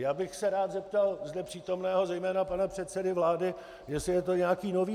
Já bych se rád zeptal zde přítomného zejména pana předsedy vlády, jestli je to nějaký nový styl.